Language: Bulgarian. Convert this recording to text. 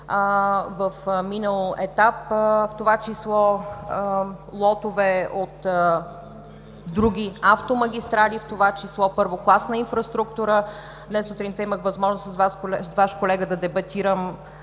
в минал етап, в това число лотове от други автомагистрали, в това число първокласна инфраструктура. Днес сутринта имах възможност с Ваш колега да дебатирам